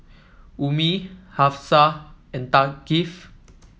Ummi Hafsa and Thaqif